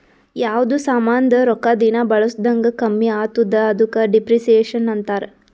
ಯಾವ್ದು ಸಾಮಾಂದ್ ರೊಕ್ಕಾ ದಿನಾ ಬಳುಸ್ದಂಗ್ ಕಮ್ಮಿ ಆತ್ತುದ ಅದುಕ ಡಿಪ್ರಿಸಿಯೇಷನ್ ಅಂತಾರ್